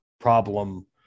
problem